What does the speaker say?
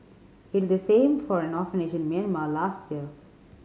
he did the same for an orphanage in Myanmar last year